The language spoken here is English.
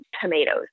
tomatoes